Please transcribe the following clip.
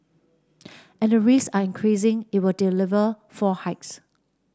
and the risk are increasing it will deliver four hikes